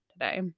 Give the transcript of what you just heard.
today